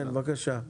כן בבקשה.